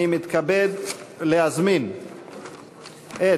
אני מתכבד להזמין את